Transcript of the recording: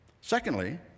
Secondly